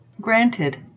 Granted